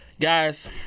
guys